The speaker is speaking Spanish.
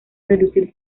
reducir